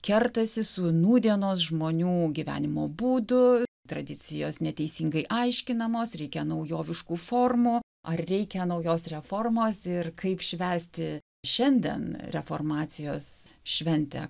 kertasi su nūdienos žmonių gyvenimo būdu tradicijos neteisingai aiškinamos reikia naujoviškų formų ar reikia naujos reformos ir kaip švęsti šiandien reformacijos šventę